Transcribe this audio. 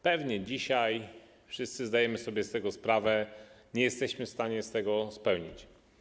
Pewnie dzisiaj wszyscy zdajemy sobie z tego sprawę, że nie jesteśmy w stanie tego spełnić.